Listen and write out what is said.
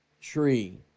tree